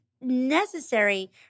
necessary